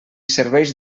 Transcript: serveix